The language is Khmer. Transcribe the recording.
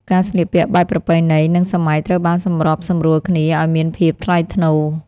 ការស្លៀកពាក់បែបប្រពៃណី និងសម័យត្រូវបានសម្របសម្រួលគ្នាឱ្យមានភាពថ្លៃថ្នូរ។